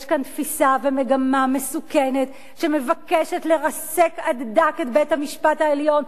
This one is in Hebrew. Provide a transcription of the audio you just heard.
יש כאן תפיסה ומגמה מסוכנת שמבקשת לרסק עד דק את בית-המשפט העליון,